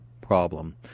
problem